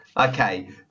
Okay